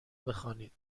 بخوانید